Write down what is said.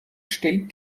stellt